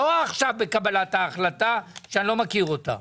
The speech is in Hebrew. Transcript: לא עכשיו עם קבלת ההחלטה שאני לא מכיר אותה.